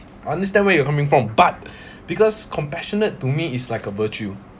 I understand where you're coming from but because compassionate to me is like a virtue